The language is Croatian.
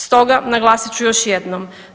Stoga, naglasit ću još jednom.